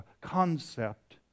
concept